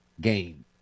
game